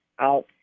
out